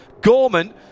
Gorman